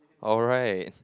alright